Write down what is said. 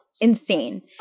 Insane